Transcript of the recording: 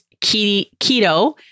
keto